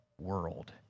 world